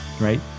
right